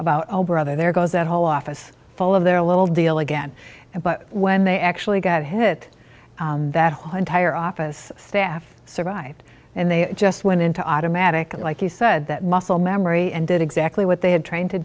about brother there goes that whole office full of their little deal again and but when they actually got hit that hard tire office staff survived and they just went into automatic and like you said that muscle memory and did exactly what they had trained to